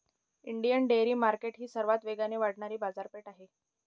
Indian dairy market ही सर्वात वेगाने वाढणारी बाजारपेठ आहे